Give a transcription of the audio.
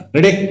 Ready